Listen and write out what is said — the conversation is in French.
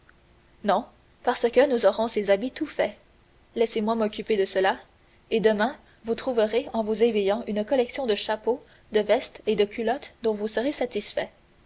non parce que nous aurons ces habits tout faits laissez-moi m'occuper de cela et demain vous trouverez en vous éveillant une collection de chapeaux de vestes et de culottes dont vous serez satisfaits